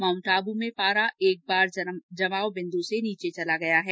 mount Abu में पारा एक बार फिर जमाव बिन्दू से नीचे चला गया है